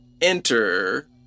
enter